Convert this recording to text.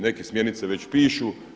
Neke smjernice već pišu.